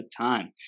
time